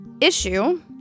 issue